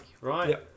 right